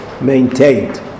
maintained